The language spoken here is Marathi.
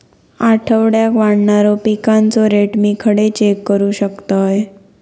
आठवड्याक वाढणारो पिकांचो रेट मी खडे चेक करू शकतय?